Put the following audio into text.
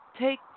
Take